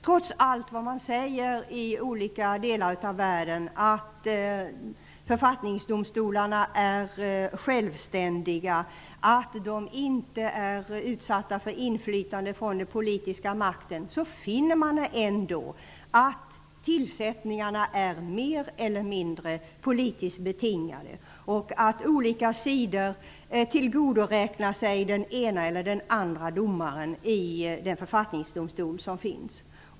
Trots allt man säger om att författningsdomstolar är självständiga, att de inte är utsatta för inflytande från den politiska makten, finner man att tillsättningarna är mer eller mindre politiskt betingade och att olika sidor tillgodoräknar sig den ena eller den andra domaren i den författningsdomstol som finns.